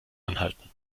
anhalten